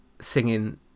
singing